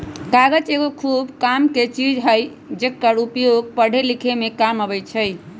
कागज एगो खूब कामके चीज हइ जेकर उपयोग पढ़े लिखे में काम अबइ छइ